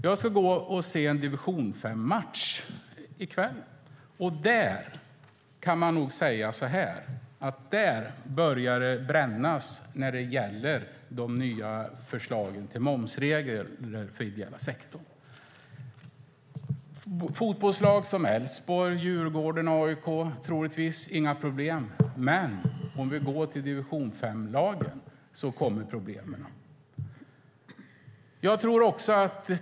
Jag ska gå och se en match i division 5. Där kan man säga att det börjar brännas när det gäller de nya förslagen till momsregler för den ideella sektorn. Fotbollslag som Elfsborg, Djurgården och AIK har troligtvis inga problem. Men om vi går till lagen i division 5 kommer problemen.